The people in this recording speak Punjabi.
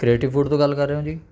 ਕਰੇਟੀਵ ਫੂਡ ਤੋਂ ਗੱਲ ਕਰ ਰਹੇ ਹੋ ਜੀ